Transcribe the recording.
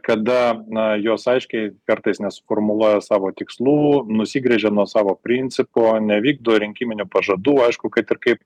kada na jos aiškiai kartais nesuformuluoja savo tikslų nusigręžia nuo savo principo nevykdo rinkiminių pažadų aišku kad ir kaip